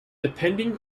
depending